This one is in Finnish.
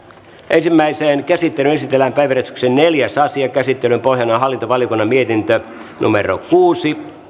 ensimmäiseen käsittelyyn esitellään päiväjärjestyksen neljäs asia käsittelyn pohjana on hallintovaliokunnan mietintö kuusi